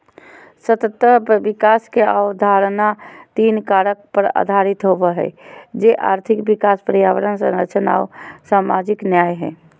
सतत विकास के अवधारणा तीन कारक पर आधारित होबो हइ, जे आर्थिक विकास, पर्यावरण संरक्षण आऊ सामाजिक न्याय हइ